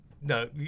no